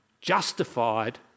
justified